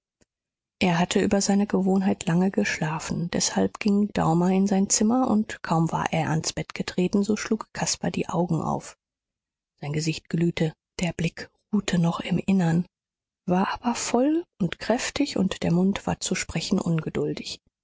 er hatte über seine gewohnheit lange geschlafen deshalb ging daumer in sein zimmer und kaum war er ans bett getreten so schlug caspar die augen auf sein gesicht glühte der blick ruhte noch im innern war aber voll und kräftig und der mund war zu sprechen ungeduldig